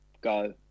go